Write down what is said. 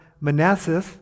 Manasseh